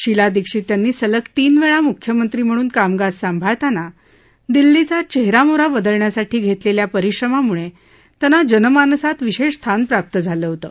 शिला दीक्षित यांनी सलग तीनवेळा मुख्यमंत्री म्हणून कामकाज सांभाळताना दिल्लीचा चेहरामोहरा बदलण्यासाठी घेतलेल्या परिश्रमामुळे त्यांना जनमानसात विशेष स्थान प्राप्त झालं होतं